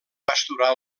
pasturar